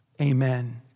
Amen